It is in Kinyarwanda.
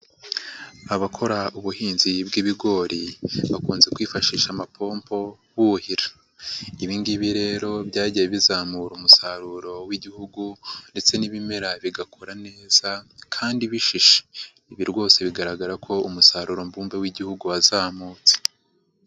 Abakora ubuhinzi bw'ibigori, bakunze kwifashisha amapompo buhira. Ibi ngibi rero byagiye bizamura umusaruro w'igihugu ndetse n'ibimera bigakura neza kandi bishishe. Ibi rwose bigaragara ko umusaruro mbumbe w'igihugu wazamutse.